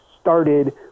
started